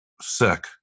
sick